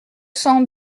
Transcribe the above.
cent